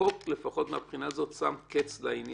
החוק, לפחות מהבחינה הזאת, שם קץ לעניין.